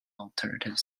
alternative